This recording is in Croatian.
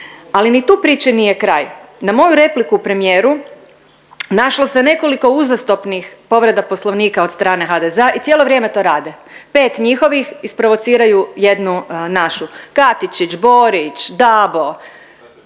Ali ni tu priči nije kraj. Na moju repliku premijeru našlo se nekoliko uzastopnih povreda Poslovnika od strane HDZ-a i cijelo vrijeme to rade, 5 njihovih isprovociraju jednu našu. Katičić, Borić, Dabo.